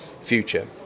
future